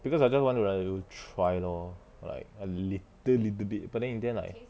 because I just want to let you try lor like a little little bit but then in the end like